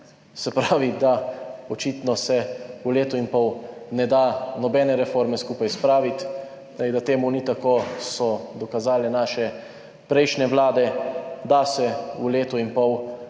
se pravi, da očitno se v letu in pol ne da nobene reforme skupaj spraviti. Da temu ni tako, so dokazale naše prejšnje vlade – da se v letu in pol, če imaš